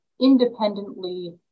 independently